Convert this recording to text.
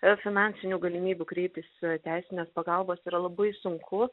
ir finansinių galimybių kreiptis teisinės pagalbos yra labai sunku